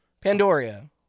Pandora